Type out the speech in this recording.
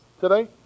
today